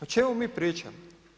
O čemu mi pričamo?